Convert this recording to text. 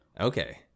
Okay